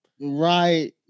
Right